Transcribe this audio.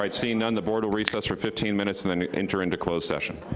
um seeing none the board will recess for fifteen minutes and then enter into closed session.